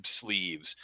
sleeves